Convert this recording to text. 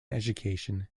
education